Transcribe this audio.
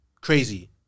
Crazy